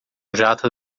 jato